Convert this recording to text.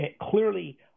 Clearly